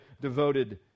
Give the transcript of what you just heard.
devoted